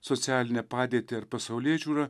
socialinę padėtį ar pasaulėžiūrą